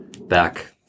back